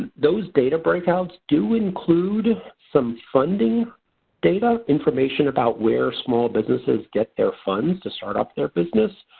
those data breakouts do include some funding data information about where small businesses get their funds to start up their business.